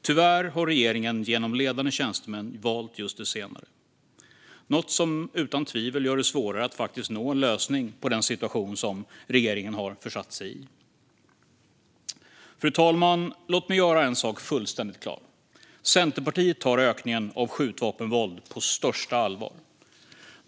Tyvärr har regeringen genom ledande tjänstemän valt just det senare, något som utan tvivel gör det svårare att nå en lösning på den situation som regeringen har försatt sig i. Fru talman! Låt mig göra en sak fullständigt klar: Centerpartiet tar ökningen av skjutvapenvåld på största allvar.